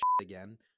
again